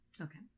Okay